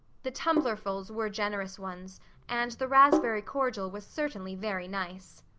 the tumblerfuls were generous ones and the raspberry cordial was certainly very nice.